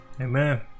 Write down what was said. Amen